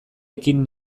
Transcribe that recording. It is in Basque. ekin